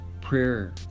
prayer